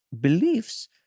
beliefs